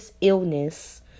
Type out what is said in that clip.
illness